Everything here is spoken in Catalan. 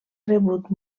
rebut